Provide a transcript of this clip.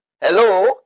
Hello